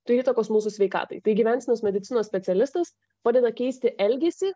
turi įtakos mūsų sveikatai tai gyvensenos medicinos specialistas padeda keisti elgesį